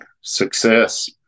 Success